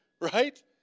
right